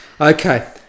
okay